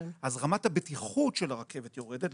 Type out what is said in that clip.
אז רמת הבטיחות של הרכבת יורדת,